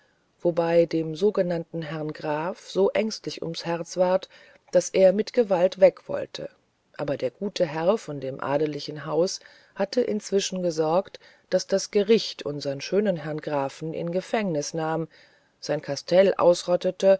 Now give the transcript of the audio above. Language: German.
wobei dem sogenannten herrn graf so ängstlich ums herz ward daß er mit gewalt weg wollte aber der gute herr von dem adelichen haus hatte inzwischen gesorgt daß das gericht unsern schönen herrn grafen in gefängniß nahm sein castell ausrottete